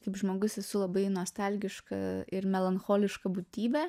kaip žmogus esu labai nostalgiška ir melancholiška būtybė